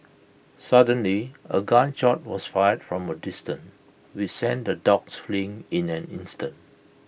suddenly A gun shot was fired from A distance which sent the dogs fleeing in an instant